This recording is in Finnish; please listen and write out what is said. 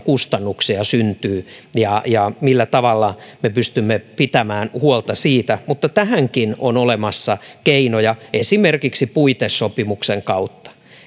kustannuksia syntyy ja ja millä tavalla me pystymme pitämään huolta niistä mutta tähänkin on olemassa keinoja esimerkiksi puitesopimuksen kautta